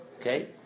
okay